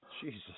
Jesus